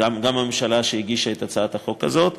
וגם הממשלה שהגישה את הצעת החוק הזאת,